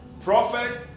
prophet